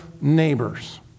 neighbors